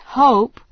hope